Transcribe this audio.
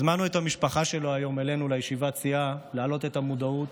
הזמנו את המשפחה שלו היום אלינו לישיבת הסיעה כדי להעלות את המודעות